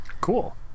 Cool